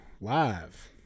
live